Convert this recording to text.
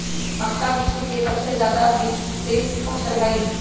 मक्का विश्व के सबसे ज्यादा वितरित फसल हई